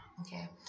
okay